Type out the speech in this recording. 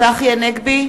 צחי הנגבי,